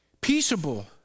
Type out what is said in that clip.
Peaceable